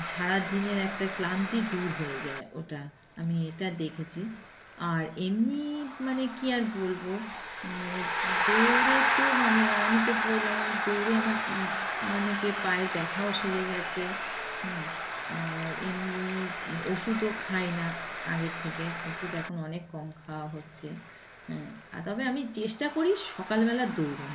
সারাদিনের একটা ক্লান্তি দূর হয়ে যায় ওটা আমি এটা দেখেছি আর এমনি মানে কী আর বলবো মানে দৌড়ে তো মানে আমি তো বললাম দৌড়ে আমার অনেকে পায়ের ব্যথাও সেরে গেছে হুম আর এমনি ওষুধও খাই না আগের থেকে ওষুধ এখন অনেক কম খাওয়া হচ্ছে হ্যাঁ আর তবে আমি চেষ্টা করি সকালবেলা দৌড়োনোর